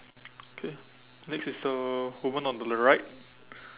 okay next is a woman on the right